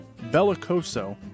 Bellicoso